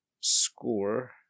score